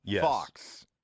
Fox